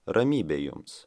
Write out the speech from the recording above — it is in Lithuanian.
ramybė jums